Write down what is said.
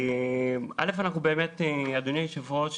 אדוני היושב-ראש,